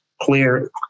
clear